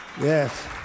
Yes